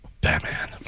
batman